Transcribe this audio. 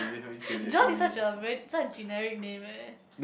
John is such a very such a generic name eh